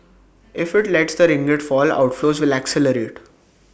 if IT lets the ringgit fall outflows will accelerate